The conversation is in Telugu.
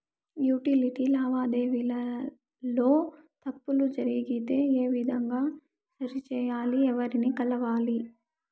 యుటిలిటీ లావాదేవీల లో తప్పులు జరిగితే ఏ విధంగా సరిచెయ్యాలి? ఎవర్ని కలవాలి?